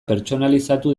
pertsonalizatu